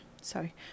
sorry